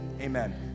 Amen